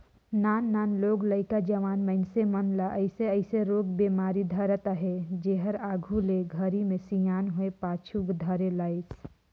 नान नान लोग लइका, जवान मइनसे मन ल अइसे अइसे रोग बेमारी धरत अहे जेहर आघू के घरी मे सियान होये पाछू धरे लाइस